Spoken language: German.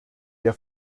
der